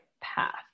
path